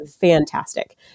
fantastic